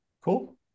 cool